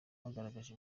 bagaragaje